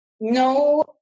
No